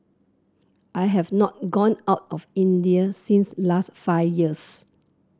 I have not gone out of India since last five years